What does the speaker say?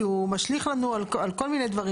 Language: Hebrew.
כי הוא משליך לנו על כל מיני דברים.